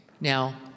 Now